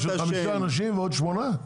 בשביל חמישה אנשים ועוד שמונה?